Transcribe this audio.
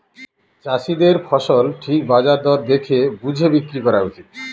চাষীদের ফসল ঠিক বাজার দর দেখে বুঝে বিক্রি করা উচিত